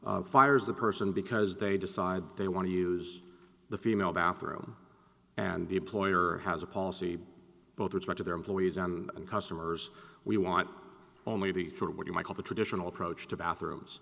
mail fires the person because they decide they want to use the female bathroom and the employer has a policy both are a threat to their employees and customers we want only be true what you might call the traditional approach to bathrooms